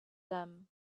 them